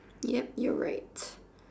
ya your right